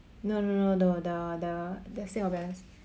no no no the the the the sale of balance